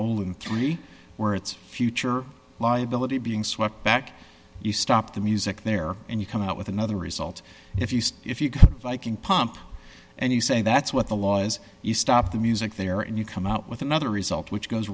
only three words future liability being swept back you stop the music there and you come out with another result if you say if you can if i can pump and you say that's what the law is you stop the music there and you come out with another result which goes